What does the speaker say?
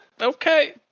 okay